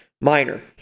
minor